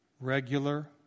regular